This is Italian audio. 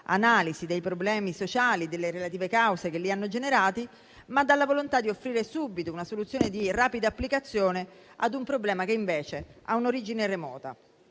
analisi dei problemi sociali e delle relative cause che li hanno generati, ma dalla volontà di offrire subito una soluzione di rapida applicazione ad un problema che invece ha un'origine remota.